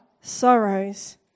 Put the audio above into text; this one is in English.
sorrows